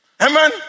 Amen